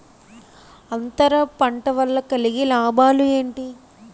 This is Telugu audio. అంతర పంట వల్ల కలిగే లాభాలు ఏంటి